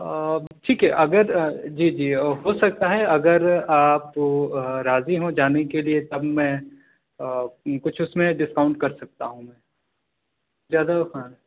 آ ٹھیک ہے اگر جی جی ہوسکتا ہے اگر آپ راضی ہوں جانے کے لیے تب میں آ کچھ اُس میں ڈسکاؤنٹ کرسکتا ہوں میں زیادہ ہاں